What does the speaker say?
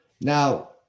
Now